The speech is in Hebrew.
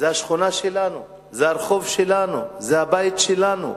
זו השכונה שלנו, זה הרחוב שלנו, זה הבית שלנו.